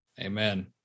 Amen